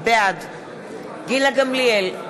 בעד גילה גמליאל,